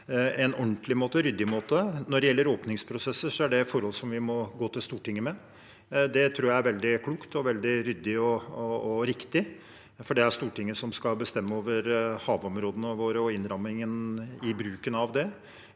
en ordentlig og ryddig måte. Når det gjelder åpningsprosesser, er det forhold som vi må gå til Stortinget med. Det tror jeg er veldig klokt og veldig ryddig og riktig, for det er Stortinget som skal bestemme over havområdene våre og innrammingen av bruken av dem.